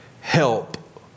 help